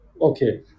Okay